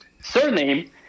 surname